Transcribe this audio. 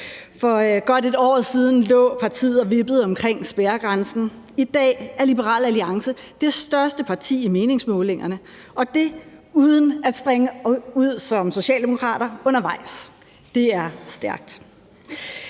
For godt et år siden lå partiet og vippede omkring spærregrænsen. I dag er Liberal Alliance det største liberale parti i meningsmålingerne, og det uden at springe ud som socialdemokrater undervejs. Det er stærkt.